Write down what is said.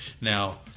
Now